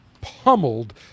pummeled